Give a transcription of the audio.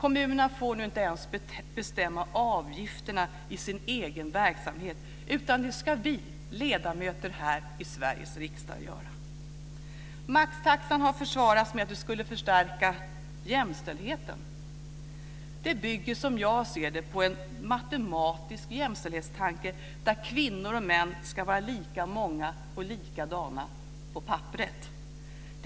Kommunerna får nu inte ens bestämma avgifterna i sin egen verksamhet, utan det ska vi ledamöter här i Sveriges riksdag göra. Maxtaxan har försvarats med att den skulle förstärka jämställdheten. Det bygger på en matematisk jämställdhetstanke, där kvinnor och män ska vara lika många och likadana - på papperet.